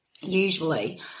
usually